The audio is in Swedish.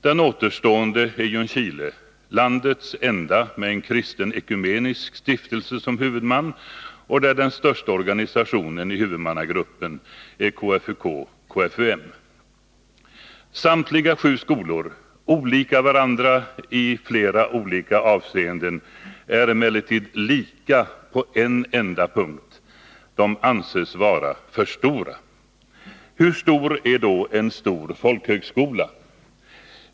Den återstående är Ljungskile folkhögskola, landets enda med en kristen ekumenisk stiftelse som huvudman, varvid den största organisationen i huvudmannagruppen är KFUK/KFUM. Samtliga sju skolor, olika varandra i flera avseenden, är emellertid lika på en enda punkt: de anses vara för stora. Hur stor är då en stor folkhögskola?